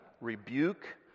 rebuke